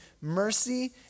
mercy